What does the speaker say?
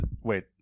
Wait